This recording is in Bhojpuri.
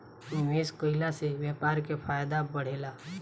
निवेश कईला से व्यापार के फायदा बढ़ेला